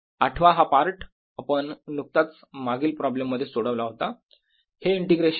आठवा हा पार्ट - आपण नुकताच मागील प्रॉब्लेम मध्ये सोडला होता - हे इंटिग्रेशन